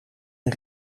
een